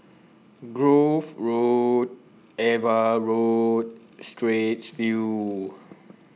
Grove Road AVA Road Straits View